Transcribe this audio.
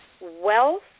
wealth